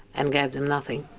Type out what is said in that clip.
and gave them nothing,